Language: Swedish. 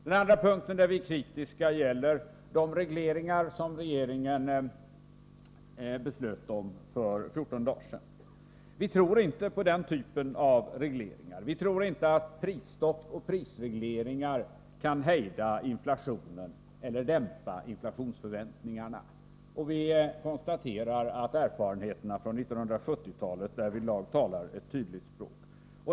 Den andra punkten där vi är kritiska gäller de regleringar som regeringen beslöt om för 14 dagar sedan. Vi tror inte på den typen av regleringar. Vi tror inte att prisstopp och prisregleringar kan hejda inflationen eller dämpa inflationsförväntningarna, och vi konstaterar att erfarenheterna från 1970 talet därvidlag talar ett tydligt språk.